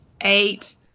eight